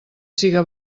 siga